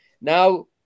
Now